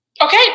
okay